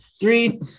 Three